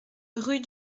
rue